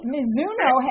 Mizuno